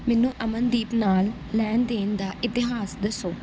ਮੈਨੂੰ ਅਮਨਦੀਪ ਨਾਲ ਲੈਣ ਦੇਣ ਦਾ ਇਤਿਹਾਸ ਦੱਸੋ